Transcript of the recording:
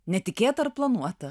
netikėta ar planuota